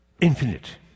infinite